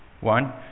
one